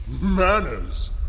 Manners